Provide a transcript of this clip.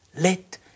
let